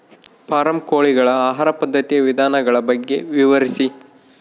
Form ಕೋಳಿಗಳ ಆಹಾರ ಪದ್ಧತಿಯ ವಿಧಾನಗಳ ಬಗ್ಗೆ ವಿವರಿಸಿ?